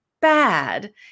bad